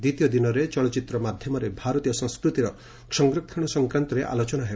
ଦ୍ୱିତୀୟ ଦିନରେ ଚଳଚ୍ଚିତ୍ର ମାଧ୍ୟମରେ ଭାରତୀୟ ସଂସ୍କୃତିର ସଂରକ୍ଷଣ ସଂକ୍ରାନ୍ତରେ ଆଲୋଚନା ହେବ